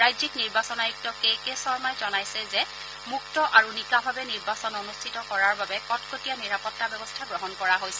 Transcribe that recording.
ৰাজ্যিক নিৰ্বাচন আয়ুক্ত কে কে শৰ্মহি জনাইছে যে মুক্ত আৰু নিকাভাৱে নিৰ্বাচন অনুষ্ঠিত কৰাৰ বাবে কটকটীয়া নিৰাপত্তা ব্যৱস্থা গ্ৰহণ কৰা হৈছে